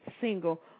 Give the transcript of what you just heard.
single